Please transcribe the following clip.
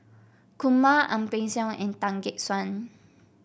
Kumar Ang Peng Siong and Tan Gek Suan